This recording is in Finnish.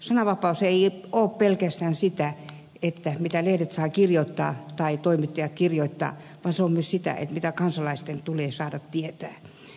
sananvapaus ei koske pelkästään sitä mitä lehdet tai toimittajat saavat kirjoittaa vaan se koskee myös sitä mitä kansalaisten tulee saada tietää